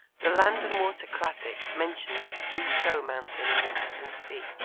the land and water classic mentions the tu shuo mountain in the eastern sea,